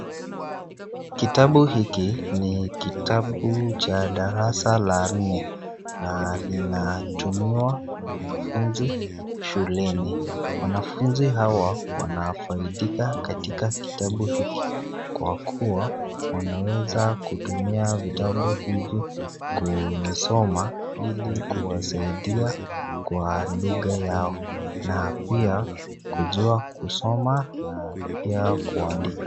Kitabu hiki ni kitabu cha darasa la nne na kinatumiwa na wanafunzi shuleni . Wanafunzi hawa wanafaidika katika kitabu hiki, kwa kuwa wanaweza kutumiwa na wanafunzi hawa kusoma ili kuwasaidia kwa lugha yao. Pia kujua kusoma na pia kuandika.